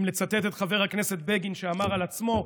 אם לצטט את חבר הכנסת בגין, שאמר על עצמו: